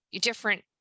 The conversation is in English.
different